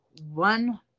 one